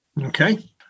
Okay